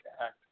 Act